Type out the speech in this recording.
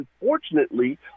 unfortunately